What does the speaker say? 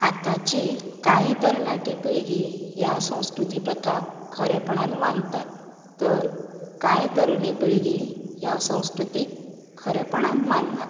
आतांची कांय तरणाटी पिळगी ह्या संस्कृती प्रथाक खरेंपणान मानतात तर कांय तरणी पिळगी ह्या संस्कृतीक खरेंपणान माननात